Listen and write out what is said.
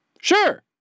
sure